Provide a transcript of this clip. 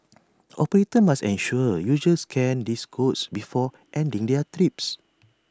operators must ensure users scan these codes before ending their trips